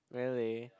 really